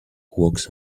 walks